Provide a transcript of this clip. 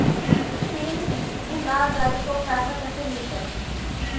Pin भूला जाई तो पैसा कैसे मिलते?